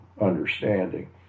understanding